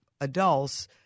adults